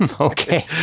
Okay